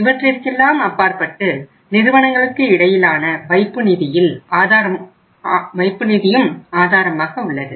இவற்றிற்கெல்லாம் அப்பாற்பட்டு நிறுவனங்களுக்கு இடையிலான வைப்புநிதியும் ஆதாரமாக உள்ளது